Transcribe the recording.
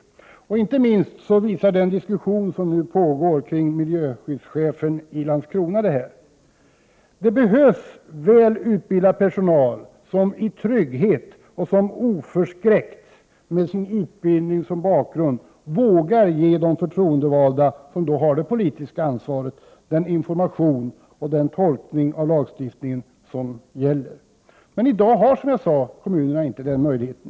Detta visas inte minst av den diskussion som nu pågår om miljöskyddschefen i Landskrona. Det behövs välutbildad personal som i trygghet oförskräckt vågar ge de förtroendevalda, som har det politiska ansvaret, information om och tolkning av gällande lagstiftning. Men kommunerna har, som jag sade, i dag inte den möjligheten.